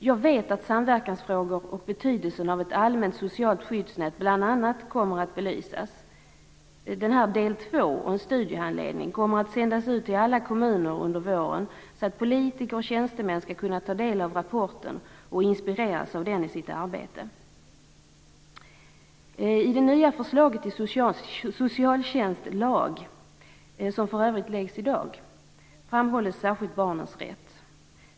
Jag vet att bl.a. samverkansfrågor och betydelsen av ett allmänt socialt skyddsnät kommer att belysas. Del två och en studiehandledning kommer att sändas ut till alla kommuner under våren, så att politiker och tjänstemän skall kunna ta del av rapporten och inspireras av den i sitt arbete. I det nya förslaget till socialtjänstlag, som för övrigt läggs fram i dag, framhålls särskilt barnens rätt.